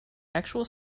actual